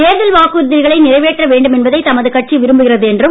தேர்தல் வாக்குறுதிகளை நிறைவேற்ற வேண்டும் என்பதை தமது கட்சி விரும்புகிறது என்பதும்